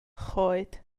choed